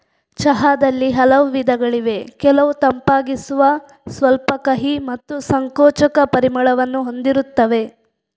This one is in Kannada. ಚಹಾದಲ್ಲಿ ಹಲವು ವಿಧಗಳಿವೆ ಕೆಲವು ತಂಪಾಗಿಸುವ, ಸ್ವಲ್ಪ ಕಹಿ ಮತ್ತು ಸಂಕೋಚಕ ಪರಿಮಳವನ್ನು ಹೊಂದಿರುತ್ತವೆ